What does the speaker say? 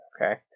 Okay